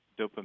dopamine